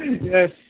yes